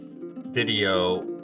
video